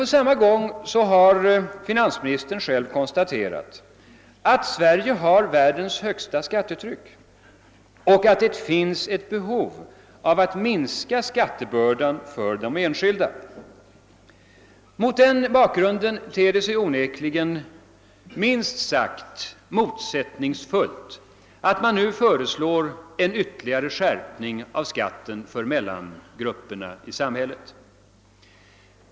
På samma gång har finansministern emellertid själv konstaterat att Sverige har världens högsta skattetryck och att det finns ett behov av att minska skattebördan för de enskilda. Mot denna bakgrund ter det sig onekligen minst sagt motsägelsefullt att man nu föreslår en ytterligare skärpning av skatten för mellangrupperna i samhället.